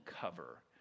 cover